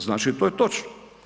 Znači to je točno.